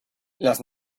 las